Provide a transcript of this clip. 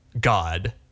god